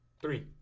three